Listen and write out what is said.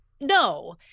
No